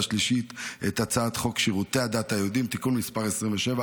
השלישית את הצעת חוק שירותי הדת היהודיים (תיקון מס' 27),